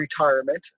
retirement